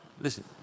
Listen